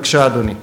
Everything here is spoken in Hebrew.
בבקשה, אדוני.